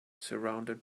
surrounded